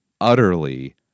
utterly